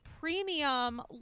premium